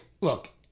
look